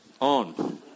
on